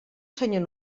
senyor